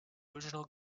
original